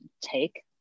Take